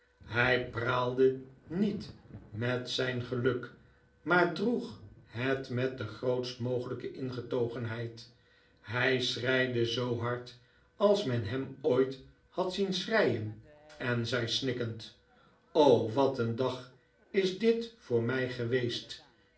hij praalde niet met zijn geluk maar droeg het met de grootst mogelijke ingetogenheid hij schreide zoo hard als men hem ooit had zien schreien en zei snikkend wat een dag is dit voor mij geweest